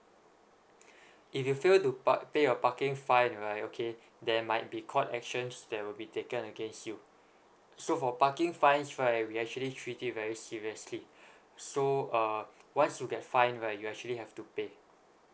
if you failed to park pay your parking fine right okay there might be court actions that might be taken against you so for parking fines right we actually treat it very seriously so uh once you get fine right you actually have to pay